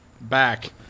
back